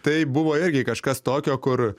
tai buvo irgi kažkas tokio kur